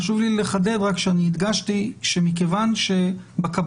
חשוב לי רק לחדד שהדגשתי שמכיוון שבקבינט,